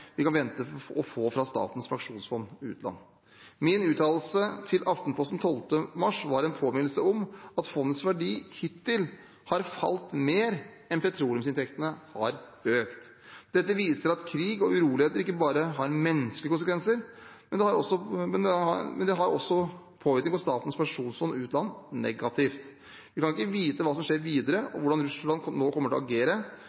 vi kan vente å få fra Statens pensjonsfond utland. Min uttalelse til Aftenposten 12. mars var en påminnelse om at fondets verdi hittil har falt mer enn petroleumsinntektene har økt. Dette viser at krig og uroligheter ikke bare har menneskelige konsekvenser, men det har også påvirkning på Statens pensjonsfond utland negativt. Vi kan ikke vite hva som skjer videre, og hvordan Russland nå kommer til å agere.